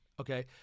Okay